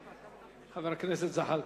חבר הכנסת זחאלקה,